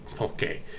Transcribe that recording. okay